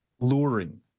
luring